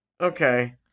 Okay